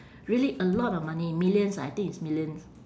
really a lot of money millions I think it's millions